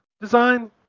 design